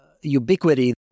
ubiquity